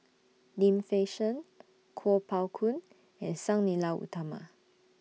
Lim Fei Shen Kuo Pao Kun and Sang Nila Utama